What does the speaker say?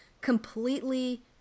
completely